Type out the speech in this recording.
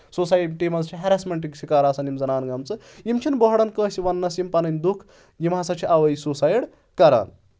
society منٛز چھِ ہیرسمنٹٕکۍ شِکار آسان یِم زَنان گَمژٕ یِم چھِنہٕ بہران کٲنٛسہِ وَنٕنَس یِم پَنٕنۍ دُکھ یِم ہَسا چھِ اَوے سوسایڈ کَران